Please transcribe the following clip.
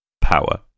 power